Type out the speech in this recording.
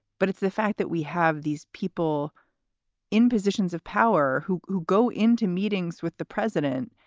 but it's the fact that we have these people in positions of power who who go into meetings with the president,